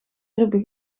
ribben